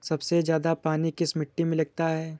सबसे ज्यादा पानी किस मिट्टी में लगता है?